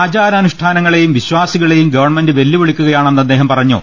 ആചാരാനുഷ്ഠാനങ്ങളെയും വിശ്വാസികളെയും ഗവൺമെന്റ് വെല്ലുവിളിക്കുകയാണെന്ന് അദ്ദേഹം പറഞ്ഞു